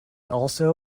also